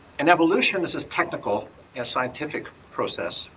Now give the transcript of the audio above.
and evolution is as technical as scientific process,